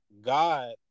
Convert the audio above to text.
God